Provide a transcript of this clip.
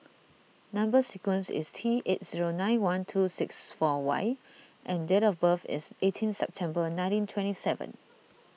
Number Sequence is T eight zero nine one two six four Y and date of birth is eighteen September nineteen twenty seven